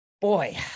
Boy